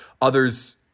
others